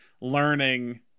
learning